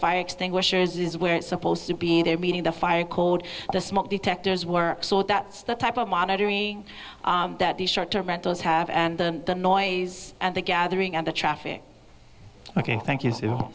fire extinguishers is where it's supposed to be in their meeting the fire code the smoke detectors work so that's the type of monitoring that the short term rentals have and the noise and the gathering and the traffic ok thank you so